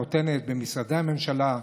נותנת במשרדי הממשלה,